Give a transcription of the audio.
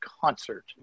concert